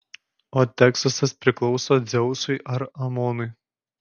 o teksasas priklauso dzeusui ar amonui